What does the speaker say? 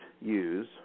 use